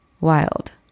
wild